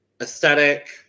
aesthetic